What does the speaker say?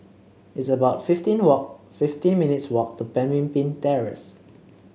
it's about fifteen walk fifteen minutes' walk to Pemimpin Terrace